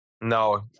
No